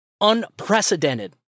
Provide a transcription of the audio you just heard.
unprecedented